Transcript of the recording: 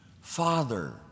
Father